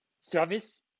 service